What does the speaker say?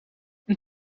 een